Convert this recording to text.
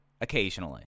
occasionally